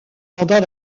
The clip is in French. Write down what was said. pendant